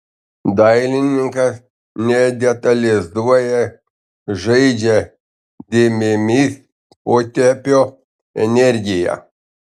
dailininkas nedetalizuoja žaidžia dėmėmis potėpio energija